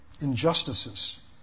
injustices